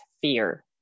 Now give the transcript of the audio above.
fear